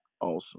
awesome